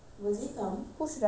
of course lah I mean